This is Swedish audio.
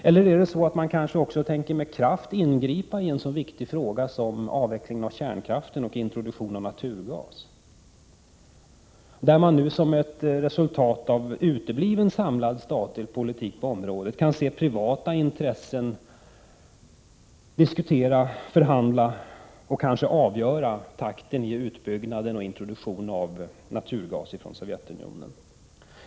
Eller tänker regeringen med kraft ingripa i en så viktig fråga som avvecklingen av kärnkraften och introduktionen av naturgas, där nu — som ett resultat av utebliven samlad statlig politik på området — privata intressen tillåts diskutera, förhandla och kanske avgöra takten i introduktionen och utbyggnaden av naturgas från Sovjetunionen?